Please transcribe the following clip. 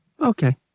okay